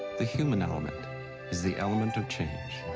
the human element is the element of change.